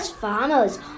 farmers